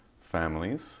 families